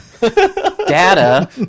Data